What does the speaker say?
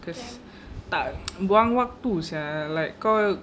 because tak buang waktu sia like kau